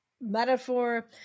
metaphor